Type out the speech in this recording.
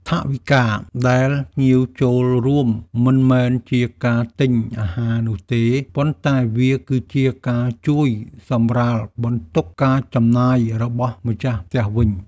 ថវិកាដែលភ្ញៀវចូលរួមមិនមែនជាការទិញអាហារនោះទេ ប៉ុន្តែវាគឺជាការជួយសម្រាលបន្ទុកការចំណាយរបស់ម្ចាស់ផ្ទះវិញ។